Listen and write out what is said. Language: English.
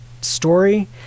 story